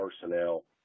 personnel